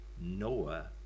noah